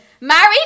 married